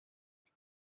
thật